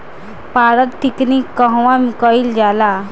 पारद टिक्णी कहवा कयील जाला?